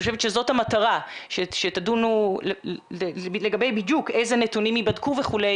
אני חושבת שזאת המטרה שתדונו לגבי איזה נתונם ייבדקו וכולי.